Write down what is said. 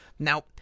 Now